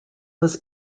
was